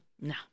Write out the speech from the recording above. No